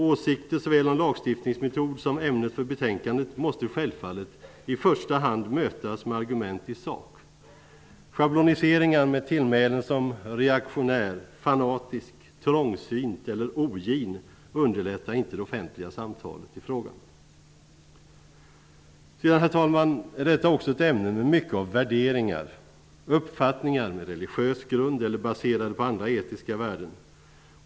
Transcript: Åsikter om såväl lagstiftningsmetoden som ämnet för betänkandet måste självfallet i första hand mötas med argument i sak. Schabloniseringar med tillmälen som reaktionär, fanatisk, trångsynt eller ogin underlättar inte det offentliga samtalet i frågan. Herr talman! Detta är också ett ämne med många värderingar och uppfattningar på religiös grund eller baserade på andra etiska värden.